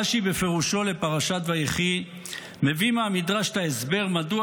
רש"י בפירושו לפרשת ויחי מביא מהמדרש את ההסבר מדוע